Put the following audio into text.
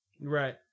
Right